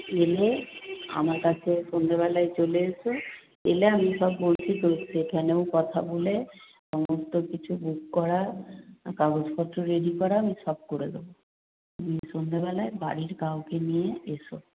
এলে আমার কাছে সন্ধেবেলায় চলে এসে এলে আমি সব বলছি তো সেখানেও কথা বলে সমস্ত কিছু বুক করা কাগজপত্র রেডি করা আমি সব করে দেবো তুমি সন্ধেবেলায় বাড়ির কাউকে নিয়ে এসো